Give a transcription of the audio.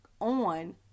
on